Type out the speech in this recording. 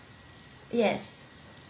yes